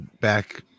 back